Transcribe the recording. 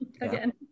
again